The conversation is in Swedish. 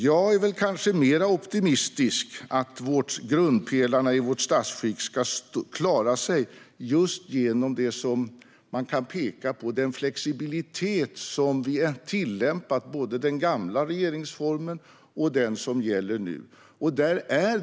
Jag är mer optimistisk vad gäller att grundpelarna i vårt statsskick ska klara sig just genom den flexibilitet som vi har tillämpat såväl i den gamla regeringsformen som i den som gäller nu.